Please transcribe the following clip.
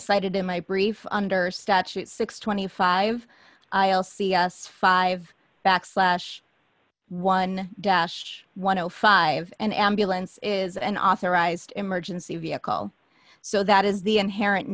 cited in my brief under statute six hundred and twenty five five backslash one dash one o five an ambulance is an authorized emergency vehicle so that is the inherent